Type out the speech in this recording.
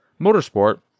Motorsport